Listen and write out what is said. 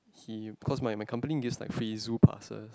he cause my my company gives like free Zoo passes